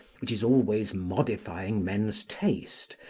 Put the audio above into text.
which is always modifying men's taste,